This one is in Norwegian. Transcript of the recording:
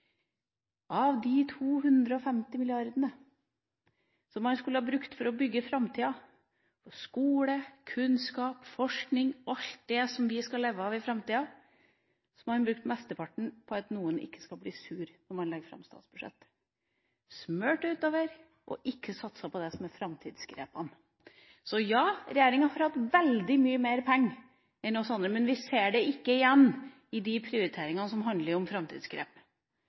Av de 250 mrd. kr som man skulle brukt for å bygge framtida – på skole, kunnskap, forskning og alt det vi skal leve av i framtida – har man brukt mesteparten på at noen ikke skal bli sure når man legger fram statsbudsjett. Man har smurt utover og ikke satset på det som er framtidsgrepene. Så ja – regjeringa har hatt veldig mye mer penger enn oss andre, men vi ser det ikke igjen i de prioriteringene som handler om